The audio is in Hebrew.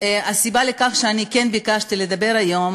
הסיבה לכך שאני כן ביקשתי לדבר היום